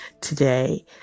today